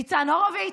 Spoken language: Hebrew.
ניצן הורוביץ?